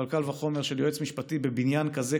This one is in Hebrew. אבל קל וחומר של יועץ משפטי בבניין כזה,